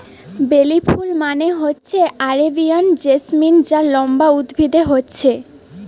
বেলি ফুল মানে হচ্ছে আরেবিয়ান জেসমিন যা লম্বা উদ্ভিদে হচ্ছে